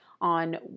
on